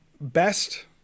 best